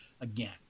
again